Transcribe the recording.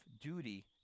duty